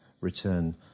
return